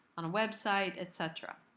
on website, et cetera.